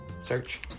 Search